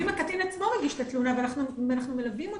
הקטין עצמו מגיש את התלונה ואנחנו מלווים אותו,